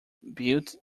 built